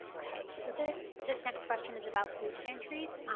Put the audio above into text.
okay, so this this next question is about food pantries.